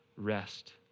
rest